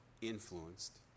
influenced